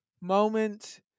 moment